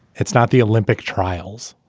it's not the olympic trials,